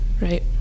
right